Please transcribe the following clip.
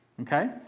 Okay